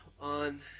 on